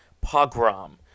pogrom